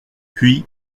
puis